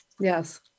Yes